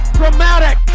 dramatic